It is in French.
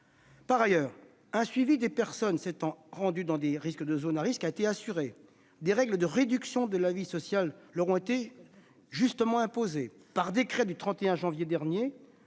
Par ailleurs, un suivi des personnes s'étant rendues dans des zones à risque a été assuré, et des règles de réduction de la vie sociale leur ont été justement imposées. Un décret du 31 janvier dernier